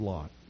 Lot